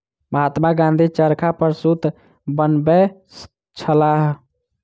महात्मा गाँधी चरखा पर सूत बनबै छलाह